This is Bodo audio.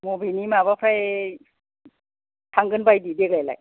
बबेनि माबानिफ्राय थांगोन बायदि देग्लायलाय